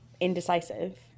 indecisive